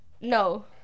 No